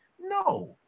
No